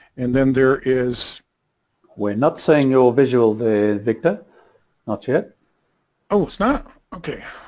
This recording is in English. and then there is we're not saying your visual the victim not yet oh it's not okay